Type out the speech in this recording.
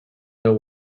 know